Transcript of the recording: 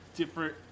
different